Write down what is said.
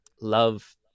love